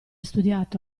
studiato